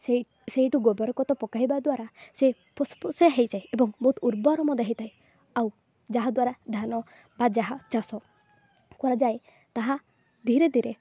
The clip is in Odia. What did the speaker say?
ସେଇ ସେଇଠୁ ଗୋବର ଖତ ପକାଇବା ଦ୍ୱାରା ସେ ଫସଫସିଆ ହୋଇଯାଏ ଏବଂ ବହୁତ ଉର୍ବର ମଧ୍ୟ ହୋଇଥାଏ ଆଉ ଯାହା ଦ୍ୱାରା ଧାନ ବା ଯାହା ଚାଷ କରାଯାଏ ତାହା ଧୀରେ ଧୀରେ